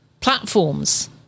platforms